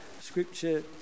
scripture